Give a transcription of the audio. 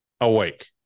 Awake